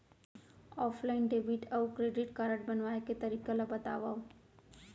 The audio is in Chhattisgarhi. ऑफलाइन डेबिट अऊ क्रेडिट कारड बनवाए के तरीका ल बतावव?